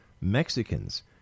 Mexicans